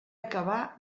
acabar